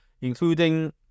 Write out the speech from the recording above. including